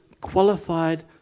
qualified